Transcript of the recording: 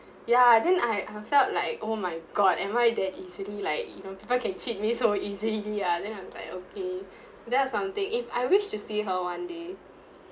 ya then I I felt like oh my god am I that easily like you know people can cheat me so easily ah then I was like okay there's something if I wish to see her one day